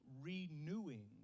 renewing